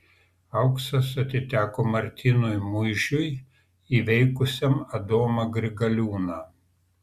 auksas atiteko martynui muižiui įveikusiam adomą grigaliūną